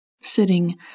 Sitting